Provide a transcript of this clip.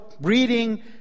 reading